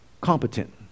competent